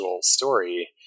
story